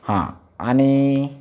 हां आणि